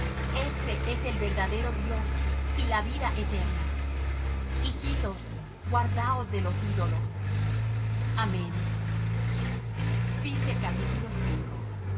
este es el verdadero dios y la vida eterna hijitos guardaos de los ídolos amén